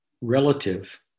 relative